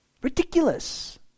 ridiculous